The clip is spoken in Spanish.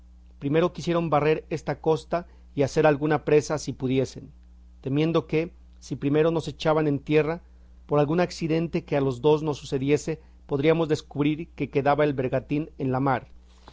primero quisieron barrer esta costa y hacer alguna presa si pudiesen temiendo que si primero nos echaban en tierra por algún acidente que a los dos nos sucediese podríamos descubrir que quedaba el bergantín en la mar